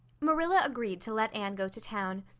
marilla agreed to let anne go to town,